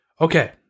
Okay